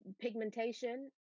pigmentation